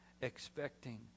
expecting